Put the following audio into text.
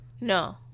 No